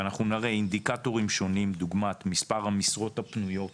ואנחנו נראה אינדיקטורים שונים דוגמת מספר המשרות הפנויות